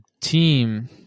team